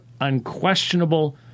unquestionable